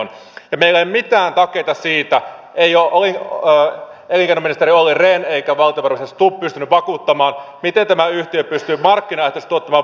meillä ei ole mitään takeita siitä ei ole elinkeinoministeri olli rehn eikä valtiovarainministeri stubb pystynyt vakuuttamaan miten tämä yhtiö pystyy markkinaehtoisesti tuottamaan voittoa